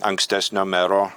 ankstesnio mero